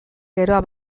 geroa